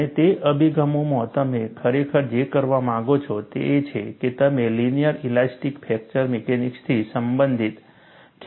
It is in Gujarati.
અને તે અભિગમોમાં તમે ખરેખર જે કરવા માંગો છો તે એ છે કે તમે લિનિયર ઇલાસ્ટિક ફ્રેક્ચર મિકેનિક્સથી સંબંધિત ખ્યાલો શીખી ચૂક્યા છો